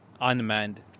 unmanned